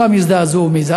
וכולם הזדעזעו מזה,